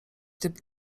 typ